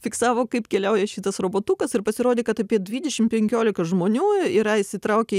fiksavo kaip keliauja šitas robotukas ir pasirodė kad apie dvidešim penkiolika žmonių yra įsitraukę